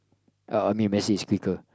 uh I mean Messi is quicker